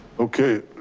okay,